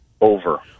Over